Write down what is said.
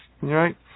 right